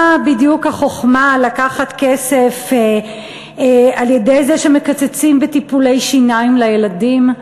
מה בדיוק החוכמה לקחת כסף על-ידי זה שמקצצים בטיפולי שיניים לילדים,